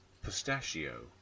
Pistachio